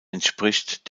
entspricht